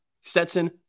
Stetson